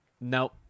no